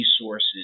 resources